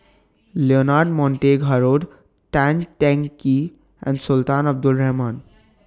Leonard Montague Harrod Tan Teng Kee and Sultan Abdul Rahman